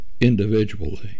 individually